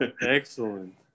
Excellent